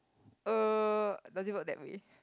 uh does it work that way